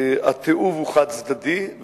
שהתיעוב הוא חד-צדדי,